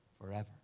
forever